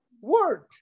word